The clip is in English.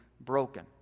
broken